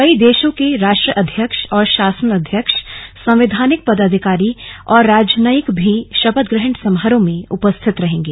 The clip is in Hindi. कई देशों के राष्ट्राध्यक्ष और शासनाध्यक्ष संवैधानिक पदाधिकारी और राजनयिक भी शपथ ग्रहण समारोह में उपस्थित रहेंगे